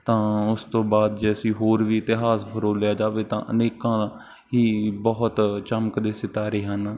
ਤਾਂ ਉਸ ਤੋਂ ਬਾਅਦ ਜੇ ਅਸੀਂ ਹੋਰ ਵੀ ਇਤਿਹਾਸ ਫਰੋਲਿਆ ਜਾਵੇ ਤਾਂ ਅਨੇਕਾਂ ਹੀ ਬਹੁਤ ਚਮਕਦੇ ਸਿਤਾਰੇ ਹਨ